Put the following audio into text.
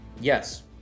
Yes